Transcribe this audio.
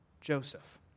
Joseph